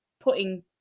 putting